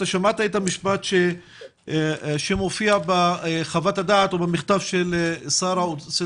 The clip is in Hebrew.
אתה שמעת את המשפט שמופיע בחוות הדעת ובמכתב של האוצר